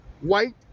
white